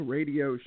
Radio